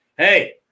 Hey